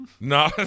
No